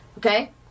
Okay